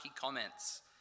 comments